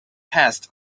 text